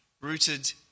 rooted